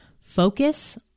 focus